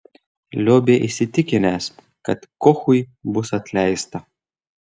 liobė įsitikinęs kad kochui bus atleista